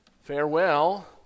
farewell